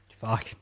fuck